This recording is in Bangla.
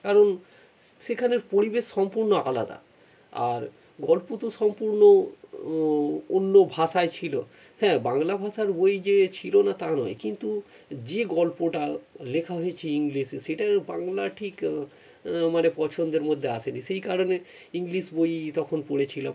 কারণ সেখানের পরিবেশ সম্পূর্ণ আলাদা আর গল্প তো সম্পূর্ণ অন্য ভাষায় ছিল হ্যাঁ বাংলা ভাষার বই যে ছিল না তা নয় কিন্তু যে গল্পটা লেখা হয়েছে ইংলিশে সেটায় বাংলা ঠিক মানে পছন্দের মধ্যে আসেনি সেই কারণে ইংলিশ বই তখন পড়েছিলাম